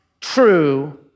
true